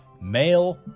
male